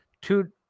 Two